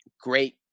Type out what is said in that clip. Great